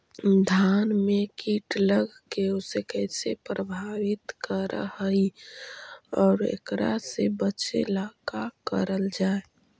धान में कीट लगके उसे कैसे प्रभावित कर हई और एकरा से बचेला का करल जाए?